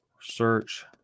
search